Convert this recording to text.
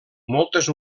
moltes